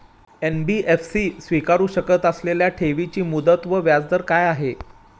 NBFC स्वीकारु शकत असलेल्या ठेवीची मुदत व व्याजदर काय आहे?